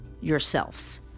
yourselves